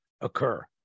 occur